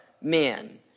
men